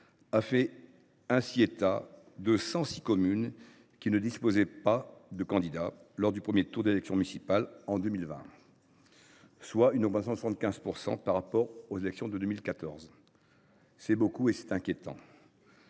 du maire en France, 106 communes ne disposaient d’aucun candidat lors du premier tour des élections municipales de 2020, soit une augmentation de 75 % par rapport aux élections de 2014. C’est beaucoup et c’est inquiétant.